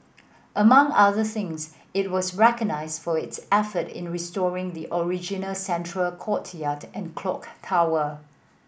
among other things it was recognised for its effort in restoring the original central courtyard and clock tower